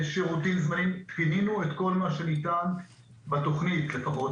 שירותים זמניים פינינו את כל מה שניתן בתכנית לפחות,